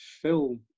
film